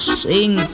sing